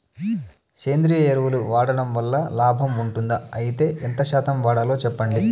సేంద్రియ ఎరువులు వాడడం వల్ల లాభం ఉంటుందా? అయితే ఎంత శాతం వాడాలో చెప్పండి?